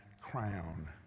crown